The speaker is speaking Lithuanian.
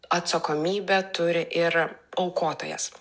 atsakomybę turi ir aukotojas